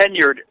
tenured